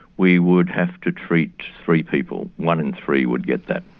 we would have to treat three people, one in three would get that.